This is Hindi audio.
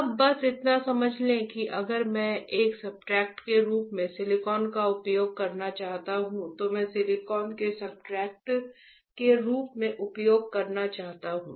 अब बस इतना समझ लें कि अगर मैं एक सब्सट्रेट के रूप में सिलिकॉन का उपयोग करना चाहता हूं तो मैं गिलास को सब्सट्रेट के रूप में उपयोग करना चाहता हूं